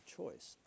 choice